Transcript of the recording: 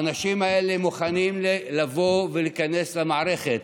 האנשים האלה מוכנים לבוא ולהיכנס למערכת,